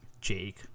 Jake